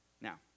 Now